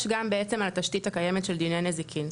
גם בעצם על התשתית הקיימת של דיני נזיקין.